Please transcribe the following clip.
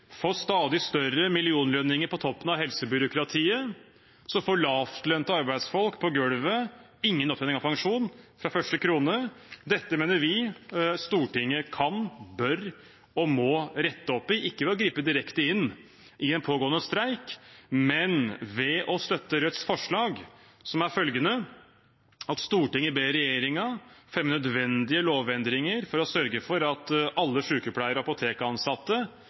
får stadig større millionlønninger på toppen av helsebyråkratiet, får lavtlønte arbeidsfolk på gulvet ingen opptjening av pensjon fra første krone. Dette mener vi at Stortinget kan, bør og må rette opp i – ikke ved å gripe direkte inn i en pågående streik, men ved å støtte Rødts forslag, som er følgende: «Stortinget ber regjeringen om å fremme nødvendige lovendringer for å sørge for at alle sykepleiere og apotekansatte,